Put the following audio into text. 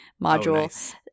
module